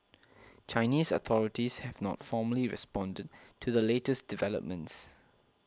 Chinese authorities have not formally responded to the latest developments